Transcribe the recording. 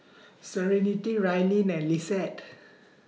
Serenity Raelynn and Lissette